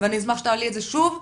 ואני אשמח שתעלי את זה שוב.